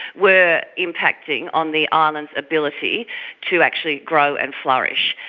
were impacting on the ah island's ability to actually grow and flourish,